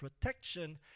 protection